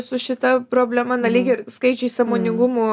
su šita problema na lyg ir skaičiai sąmoningumu